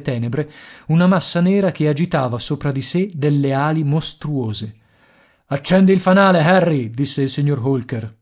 tenebre una massa nera che agitava sopra di sé delle ali mostruose accendi il fanale harry disse il signor holker